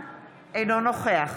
אינו נוכח